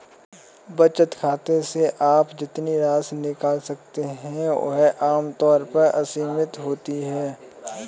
बचत खाते से आप जितनी राशि निकाल सकते हैं वह आम तौर पर असीमित होती है